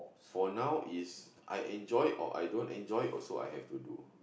for now is I enjoy it or I don't enjoy it also I have to do